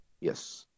Yes